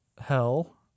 hell